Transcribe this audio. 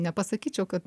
nepasakyčiau kad